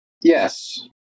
Yes